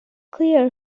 clear